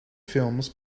films